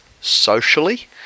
socially